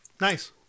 Nice